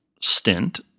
stint